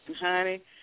honey